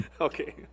Okay